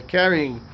carrying